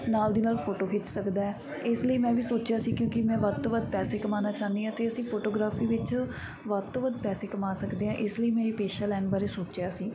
ਨਾਲ ਦੀ ਨਾਲ ਫੋਟੋ ਖਿੱਚ ਸਕਦਾ ਇਸ ਲਈ ਮੈਂ ਵੀ ਸੋਚਿਆ ਸੀ ਕਿਉਂਕਿ ਮੈਂ ਵੱਧ ਤੋਂ ਵੱਧ ਪੈਸੇ ਕਮਾਉਣਾ ਚਾਹੁੰਦੀ ਹਾਂ ਅਤੇ ਅਸੀਂ ਫੋਟੋਗ੍ਰਾਫੀ ਵਿੱਚ ਵੱਧ ਤੋਂ ਵੱਧ ਪੈਸੇ ਕਮਾ ਸਕਦੇ ਹਾਂ ਇਸ ਲਈ ਮੈਂ ਇਹ ਪੇਸ਼ਾ ਲੈਣ ਬਾਰੇ ਸੋਚਿਆ ਸੀ